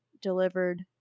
delivered